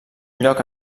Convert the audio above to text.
lloc